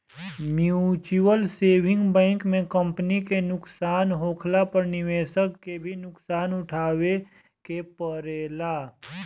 mutual saving bank में company के नुकसान होखला पर निवेशक के भी नुकसान उठावे के पड़ेला